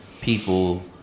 people